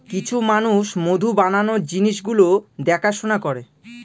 কিছু মানুষ মধু বানানোর জিনিস গুলো দেখাশোনা করে